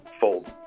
fold